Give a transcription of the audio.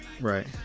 Right